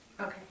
Okay